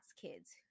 kids